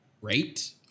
great